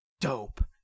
Dope